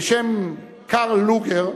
איש בשם קרל לואגר,